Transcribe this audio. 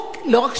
לא רק שהייתי,